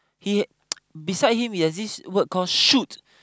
he beside him he has this word call shoot